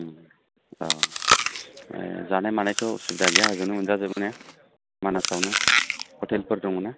औ ओमफ्राय जानाय मानायथ' सिन्था गैया होजोंनो मोनजाजोबो ने मानास आवनो हटेलफोर दङ ना